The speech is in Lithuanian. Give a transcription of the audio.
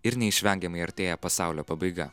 ir neišvengiamai artėja pasaulio pabaiga